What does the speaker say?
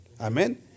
Amen